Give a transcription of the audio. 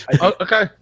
Okay